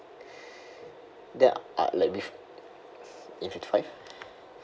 that uh like be~ is it five